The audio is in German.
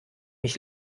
mich